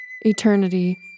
eternity